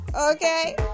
Okay